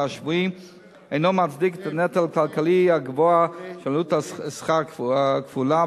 השבועי אינו מצדיק את הנטל הכלכלי הגבוה של עלות שכר כפולה